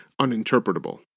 uninterpretable